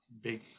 big